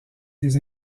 des